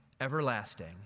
everlasting